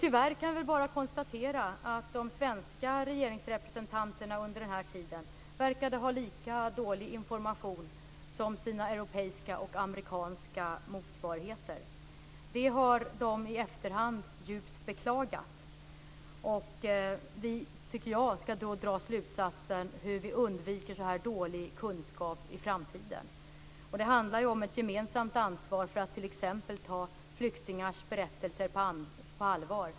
Tyvärr kan vi bara konstatera att de svenska regeringsrepresentanterna under den här tiden verkade ha lika dålig information som sina europeiska och amerikanska motsvarigheter. Det har de i efterhand djupt beklagat. Vi ska, tycker jag, dra slutsatsen hur vi undviker så här dålig kunskap i framtiden. Det handlar om ett gemensamt ansvar för att t.ex. ta flyktingars berättelser på allvar.